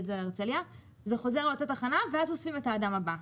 תחזור לאותה תחנה ותאסוף את האדם הבא.